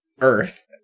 Earth